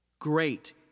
Great